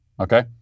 Okay